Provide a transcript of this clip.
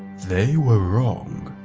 they were wrong.